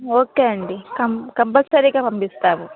okay అండి కం కంపల్సరిగా పంపిస్తాము